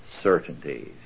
certainties